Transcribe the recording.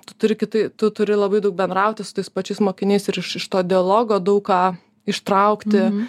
tu turi kitai tu turi labai daug bendrauti su tais pačiais mokiniais ir iš iš to dialogo daug ką ištraukti